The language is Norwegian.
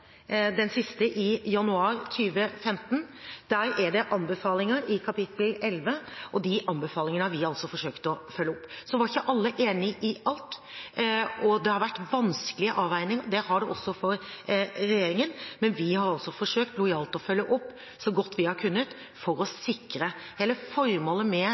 den siste i januar 2015. Der er det anbefalinger, og de anbefalingene har vi altså forsøkt å følge opp. Så var ikke alle enig i alt, og det har vært vanskelige avveininger. Det har det også vært for regjeringen, men vi har forsøkt lojalt å følge opp så godt vi har kunnet, for å sikre. Hele formålet med